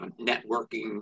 networking